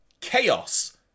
Chaos